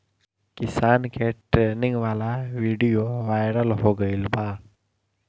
किसान के ट्रेनिंग वाला विडीओ वायरल हो गईल बा